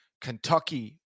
Kentucky